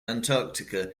antarctica